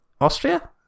Austria